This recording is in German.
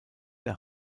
der